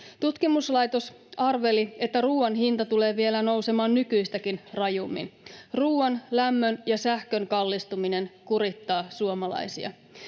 Tutkimuslaitos arveli, että ruoan hinta tulee vielä nousemaan nykyistäkin rajummin. Ruoan, lämmön ja sähkön kallistuminen kurittaa suomalaisia.